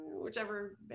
whichever